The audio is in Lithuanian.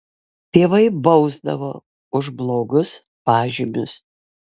tėvai bausdavo už blogus pažymius